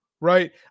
right